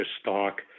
stock